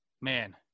Man